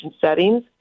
settings